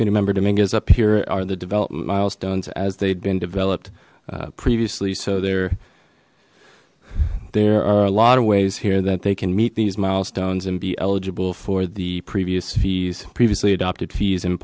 you remember dominguez up here are the development milestones as they've been developed previously so there there are a lot of ways here that they can meet these milestones and be eligible for the previous fees previously adopted fees and